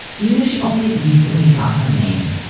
even if she only recently got her name.